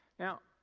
now,